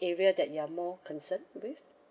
area that you're more concern with